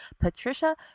Patricia